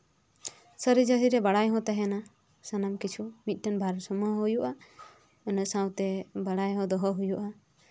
ᱥᱟᱹᱦᱤ ᱡᱩᱦᱤ ᱨᱮ ᱵᱟᱲᱟᱭ ᱦᱚᱸ ᱛᱟᱦᱮᱸᱱᱟ ᱥᱟᱱᱟᱢ ᱠᱤᱪᱷᱩ ᱢᱤᱫᱴᱮᱱ ᱵᱷᱟᱨ ᱥᱟᱢᱢᱚ ᱦᱚᱸ ᱦᱩᱭᱩᱜᱼᱟ ᱚᱱᱟ ᱥᱟᱶᱛᱮ ᱵᱟᱲᱟᱭ ᱦᱚᱸ ᱫᱚᱦᱚ ᱦᱩᱭᱩᱜᱼᱟ